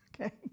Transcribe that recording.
Okay